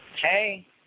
Hey